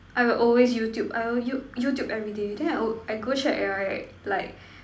I will always YouTube I will YouTube everyday then I I go check right like